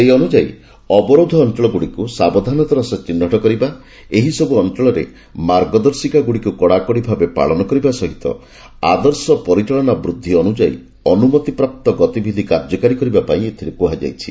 ସେହି ଅନୁଯାୟୀ ଅବରୋଧ ଅଞ୍ଚଳଗୁଡ଼ିକୁ ସାବଧାନତାର ସହ ଚିହ୍ନଟ କରିବା ଏହିସବୁ ଅଞ୍ଚଳରେ ମାର୍ଗଦର୍ଶିକାଗୁଡ଼ିକୁ କଡ଼ାକଡ଼ି ଭାବେ ପାଳନ କରିବା ସହିତ ଆଦର୍ଶ ପରିଚାଳନା ପ୍ରକ୍ରିୟା ଅନୁଯାୟୀ ଅନୁମତିପ୍ରାପ୍ତ ଗତିବିଧି କାର୍ଯ୍ୟକାରୀ କରିବାପାଇଁ ଏଥିରେ କୁହାଯାଇଛି